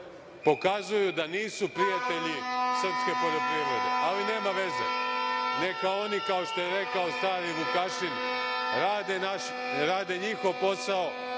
pokazuju da nisu prijatelji srpske poljoprivrede. Ali, nema veze. Neka oni, kao što je rekao stari Vukašin rade njihov posao,